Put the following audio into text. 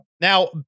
Now